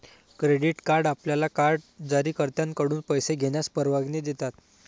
credit card आपल्याला card जारीकर्त्याकडून पैसे घेण्यास परवानगी देतात